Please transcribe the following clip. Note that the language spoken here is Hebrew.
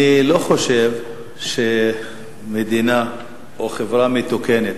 אני לא חושב שמדינה או חברה מתוקנת,